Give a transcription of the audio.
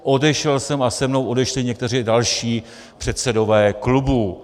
Odešel jsem a se mnou odešli někteří další předsedové klubů.